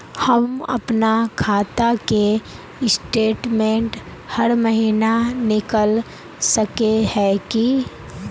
हम अपना खाता के स्टेटमेंट हर महीना निकल सके है की?